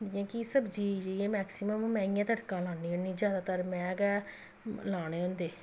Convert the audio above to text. जि'यां कि सब्जी मैक्सिमम में ई गै तड़का लान्नी होन्नी जैदातर में गै लाने होंदे